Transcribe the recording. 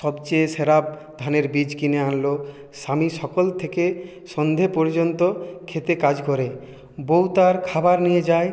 সবচেয়ে সেরা ধানের বীজ কিনে আনলো স্বামী সকল থেকে সন্ধে পর্যন্ত ক্ষেতে কাজ করে বউ তার খাবার নিয়ে যায়